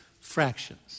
fractions